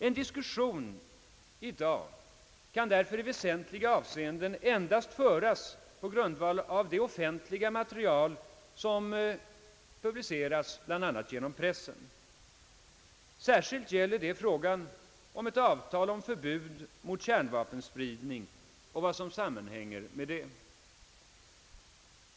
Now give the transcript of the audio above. En diskussion i dag kan därför i väsentliga avseenden endast föras på grundval av det offentliga material som publiceras bl.a. genom pressen. Särskilt gäller det frågan om ett avtal om förbud mot kärnvapenspridning och vad som sammanhänger härmed.